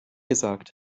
gesagt